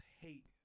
hate